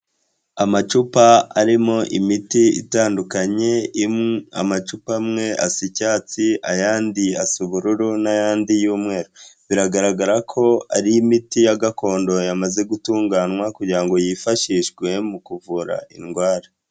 Amacupa arimo imiti itandukanye, amacupa amwe asa icyatsi, ayandi asa ubururu n'ayandi., biragaragara ko ari imiti ya gakondo yamaze gutunganywa kugira ngo yifashishwe mu kuvura indwara.